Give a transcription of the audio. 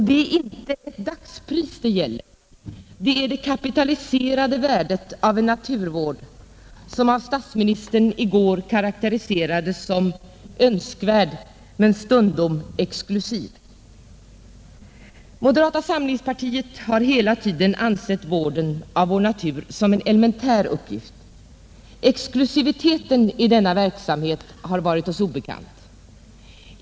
Det är inte ett dagspris det gäller, utan det är det kapitaliserade värdet av en naturvård som av statsministern i går karaktäriserades som önskvärd men stundom exklusiv. Moderata samlingspartiet har hela tiden ansett vården av vår natur som en elementär uppgift. Exklusiviteten i denna verksamhet har varit oss obekant.